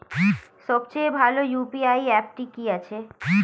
সবচেয়ে ভালো ইউ.পি.আই অ্যাপটি কি আছে?